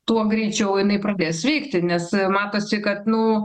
tuo greičiau jinai pradės veikti nes matosi kad nu